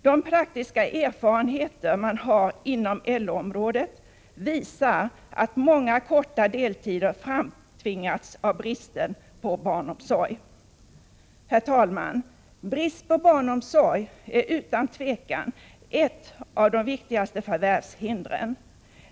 De praktiska erfarenheter man har inom LO-området visar att många korta deltider framtvingats av bristen på barnomsorg. Herr talman! Brist på barnomsorg är utan tvivel ett av de viktigaste förvärvshindren.